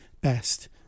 best